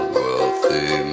wealthy